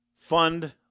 fund